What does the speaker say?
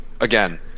again